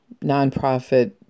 nonprofit